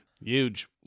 Huge